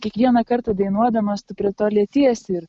kiekvieną kartą dainuodamas tu prie to lietiesi ir